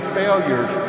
failures